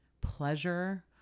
pleasure